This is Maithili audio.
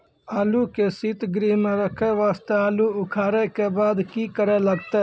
आलू के सीतगृह मे रखे वास्ते आलू उखारे के बाद की करे लगतै?